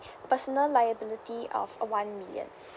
personal liability of uh one million